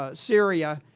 ah syria,